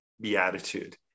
beatitude